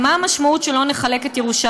מה המשמעות של "לא נחלק את ירושלים"?